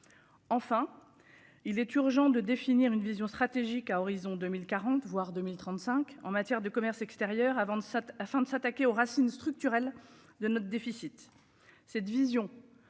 Enfin. Il est urgent de définir une vision stratégique à horizon 2040 voire 2035 en matière de commerce extérieur avant de ça afin de s'attaquer aux racines structurelles de notre déficit.